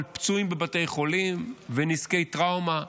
לא סופרים בפועל פצועים בבתי חולים ונזקי טראומה.